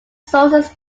sources